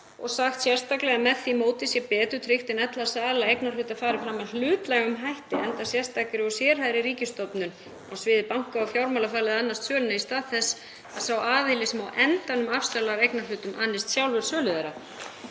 og sagt sérstaklega að með því móti sé betur tryggt en ella að sala eignarhluta fari fram með hlutlægum hætti, enda sé sérstakri og sérhæfðri ríkisstofnun á sviði banka- og fjármála falið að annast söluna í stað þess að sá aðili sem á endanum afsalar eignarhlutum annist sjálfur sölu þeirra.